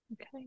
okay